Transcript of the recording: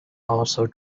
also